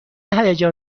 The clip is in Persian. هیجان